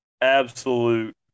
absolute